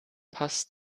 passt